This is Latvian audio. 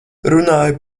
runāju